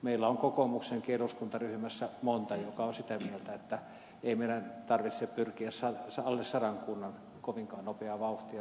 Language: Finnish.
meillä on kokoomuksenkin eduskuntaryhmässä monta jotka ovat sitä mieltä että ei meidän tarvitse pyrkiä alle sadan kunnan kovinkaan nopeaa vauhtia